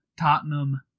Tottenham